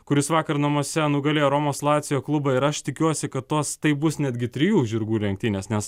kuris vakar namuose nugalėjo romos lazio klubą ir aš tikiuosi kad tos tai bus netgi trijų žirgų lenktynės nes